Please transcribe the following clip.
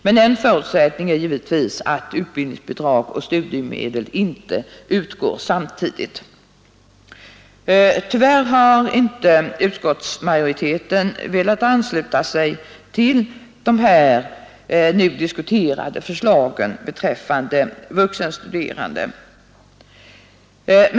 Men en förutsättning är givetvis att utbildningsbidrag och studiemedel inte utgår samtidigt. Tyvärr har utskottsmajoriteten inte velat ansluta sig till de här diskuterade förslagen beträffande vuxenstuderande.